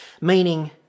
Meaning